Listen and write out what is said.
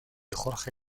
jorge